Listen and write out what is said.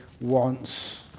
wants